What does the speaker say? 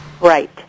Right